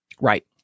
Right